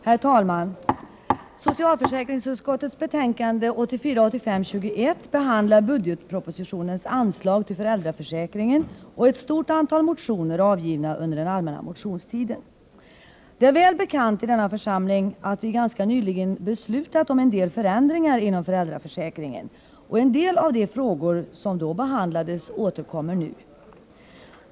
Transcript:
Herr talman! Socialförsäkringsutskottets betänkande 1984/85:21 behandlar budgetpropositionens anslag till föräldraförsäkringen och ett stort antal motioner avgivna under den allmänna motionstiden. Det är väl bekant i denna församling, att vi ganska nyligen beslutat om en del förändringar inom föräldraförsäkringen. En del av de frågor som då behandlades återkommer nu.